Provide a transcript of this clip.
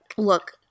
Look